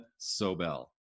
Sobel